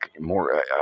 more –